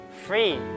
free